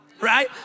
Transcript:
right